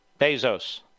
Bezos